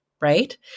right